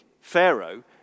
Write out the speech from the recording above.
Pharaoh